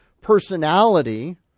personality